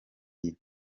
iyi